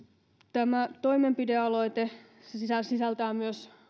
tämä toimenpidealoite sisältää sisältää myös